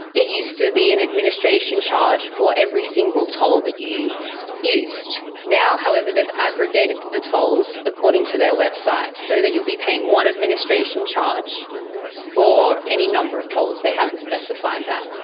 it used to be an administration charge for every single toll that you used. now however they've aggregated the tolls, according to their website, so you'll be paying one administration charge for any number of tolls, they haven't specified that.